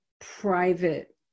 private